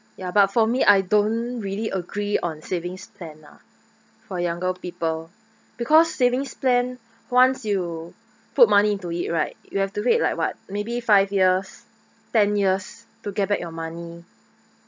ya but for me I don't really agree on savings plan lah for younger people because savings plan once you put money into it right you have to wait like what maybe five years ten years to get back your money